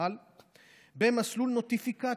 במסלול נוטיפיקציה,